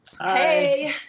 Hey